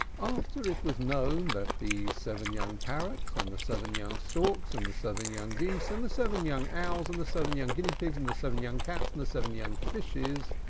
after it was known that the seven young parrots, and the seven young storks, and the seven young geese, and the seven young owls, and the seven young guinea pigs, and the seven young cats, and the seven young fishes,